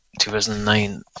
2009